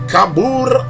Kabur